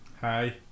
Hi